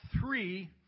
three